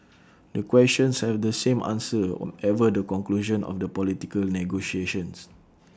the questions have the same answer whatever the conclusion of the political negotiations